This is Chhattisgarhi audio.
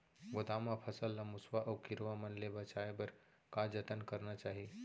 गोदाम मा फसल ला मुसवा अऊ कीरवा मन ले बचाये बर का जतन करना चाही?